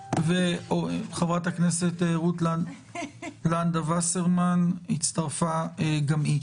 וחברת הכנסת רות וסרמן לנדה הצטרפה גם היא.